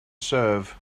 serve